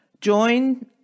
Join